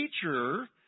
teacher